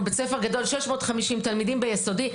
אנחנו בית ספר גדול 650 תלמידים ביסודי,